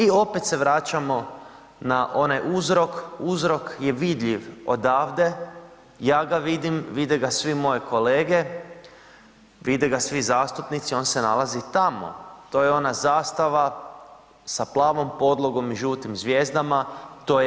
I opet se vraćamo na onaj uzrok, uzrok je vidljiv odavde, ja ga vidim, vide ga svi moji kolege, vide ga svi zastupnici, on se nalazi tamo, to je ona zastava sa plavom podlogom i žutim zvijezdama, to je EU.